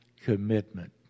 commitment